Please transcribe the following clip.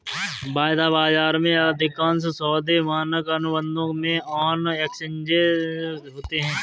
वायदा बाजार में, अधिकांश सौदे मानक अनुबंधों में ऑन एक्सचेंज होते हैं